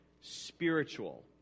Spiritual